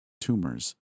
tumors